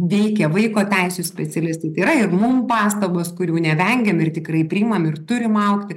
veikia vaiko teisių specialistai tai yra ir mum pastabos kurių nevengiam ir tikrai priimam ir turim augti